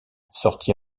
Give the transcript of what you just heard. sortie